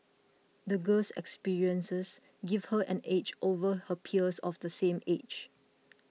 the girl's experiences gave her an edge over her peers of the same age